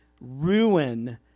ruin